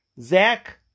Zach